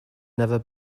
never